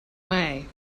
way